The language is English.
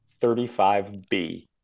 35B